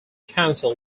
council